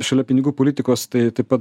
šalia pinigų politikos tai taip pat